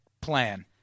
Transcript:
plan